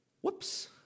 whoops